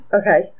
Okay